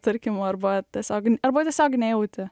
tarkim arba tiesiog arba tiesiog nejautėi